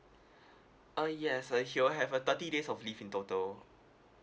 uh yes uh he will have a thirty days of leave in total